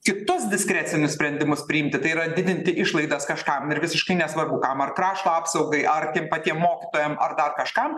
kitus diskrecinius sprendimus priimti tai yra didinti išlaidas kažkam ir visiškai nesvarbu kam ar krašto apsaugai ar tiem patiem mokytojam ar dar kažkam